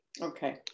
okay